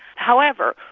however,